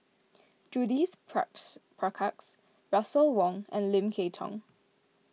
Judith Prakash Russel Wong and Lim Kay Tong